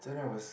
then I was